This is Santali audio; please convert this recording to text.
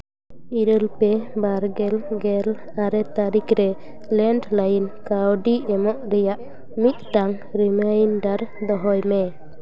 ᱤᱨᱟᱹᱞ ᱯᱮ ᱵᱟᱨ ᱜᱮᱞ ᱜᱮᱞ ᱟᱨᱮ ᱛᱟᱹᱨᱤᱠᱷ ᱨᱮ ᱞᱮᱱᱰ ᱞᱟᱭᱤᱱ ᱠᱟ ᱣᱰᱤ ᱮᱢᱚᱜ ᱨᱮᱭᱟᱜ ᱢᱤᱫᱴᱟᱝ ᱨᱤᱢᱟᱭᱤᱱᱰᱟᱨ ᱫᱚᱦᱚᱭ ᱢᱮ